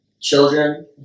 children